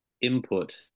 input